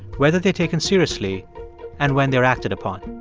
whether they're taken seriously and when they're acted upon.